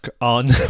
on